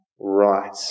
right